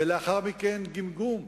ולאחר מכן גמגום,